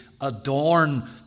adorn